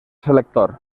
selector